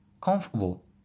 COMFORTABLE